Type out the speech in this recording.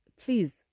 please